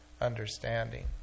understanding